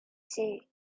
see